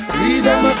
Freedom